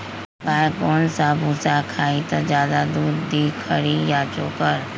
गाय कौन सा भूसा खाई त ज्यादा दूध दी खरी या चोकर?